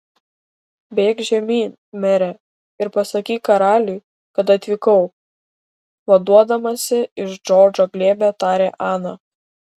bėk žemyn mere ir pasakyk karaliui kad atvykau vaduodamasi iš džordžo glėbio tarė ana